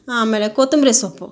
ಆಮೇಲೆ ಕೊತ್ತಂಬ್ರಿ ಸೊಪ್ಪು